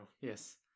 Yes